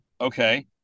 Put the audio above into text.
Okay